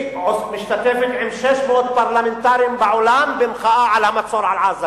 היא משתתפת עם 600 פרלמנטרים בעולם במחאה על המצור על עזה.